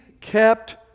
kept